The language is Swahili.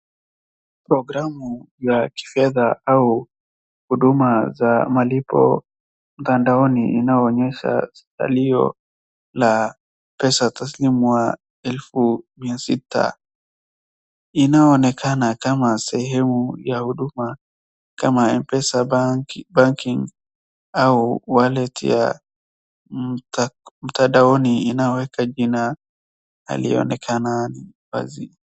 Programu ya kifedha au huduma za malipo mtandaoni inaoonyesha aliye na pesa taslimu elfu mia sita inyoonekana kama sehemu ya huduma kama mpesa banking au wallet ya mtandaoni inayoweka jina alioyoonekana wazi.